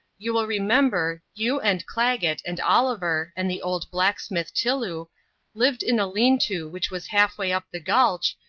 you will remember, you and clagett and oliver and the old blacksmith tillou lived in a lean-to which was half-way up the gulch,